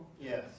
Yes